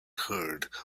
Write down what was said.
heard